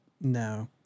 No